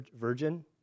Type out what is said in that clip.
virgin